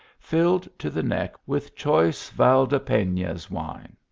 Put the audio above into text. filled to the neck with choice valdepenas wine.